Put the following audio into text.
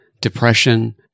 depression